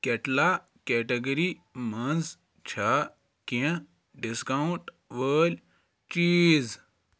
کیٚٹلا category مَنٛز چھا کینٛہہ ڈسکاونٛٹ وٲلۍ چیٖز